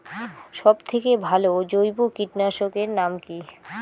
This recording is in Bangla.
সব থেকে ভালো জৈব কীটনাশক এর নাম কি?